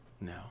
No